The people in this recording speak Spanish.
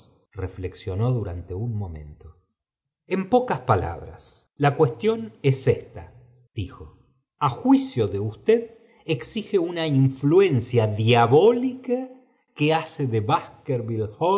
reflexionó durante un momento en pocas palabras la cuestión es ésta dijo a juicio de usted existe una influencia diabólica que hace de